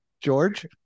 George